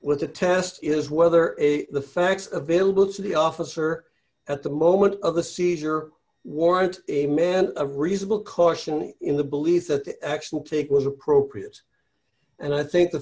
the test is whether the facts available to the officer at the moment of the seizure warrant a man a reasonable caution in the belief that actual pic was appropriate and i think the